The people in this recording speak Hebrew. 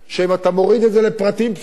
ואם אתה מוריד את זה לפרטים פשוטים,